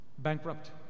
Bankrupt